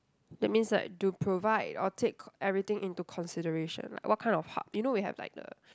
that means like to provide or take everything into consideration like what kind of hub you know we have like the